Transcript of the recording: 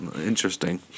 Interesting